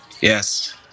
Yes